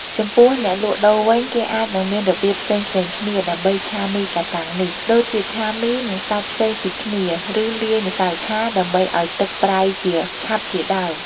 ចំពោះអ្នកលក់ដូរវិញ គេអាចនឹងមានរបៀបផ្សេងៗគ្នា ដើម្បីធ្វើឆាមីកាតាំងនេះ ដូចជាឆាមី និងសាច់ផ្សេងពីគ្នា ឬលាយម្សៅឆាដើម្បីឱ្យទឹកប្រែជាខាប់ជាដើម។